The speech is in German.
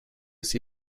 sie